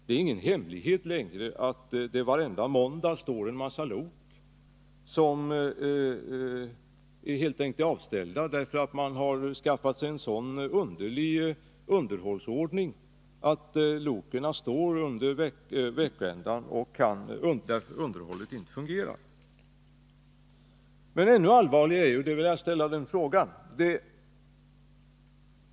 Det är ingen hemlighet att det varenda måndag finns en massa lok som helt enkelt är avställda därför att man skaffat sig en så underlig underhållsordning att loken bara står under veckoändarna utan att underhållet fungerar. Men det finns någonting ännu allvarligare, och det vill jag ställa en fråga om.